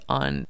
on